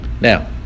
now